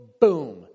Boom